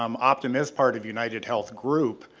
um optum is part of unitedhealth group.